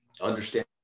understand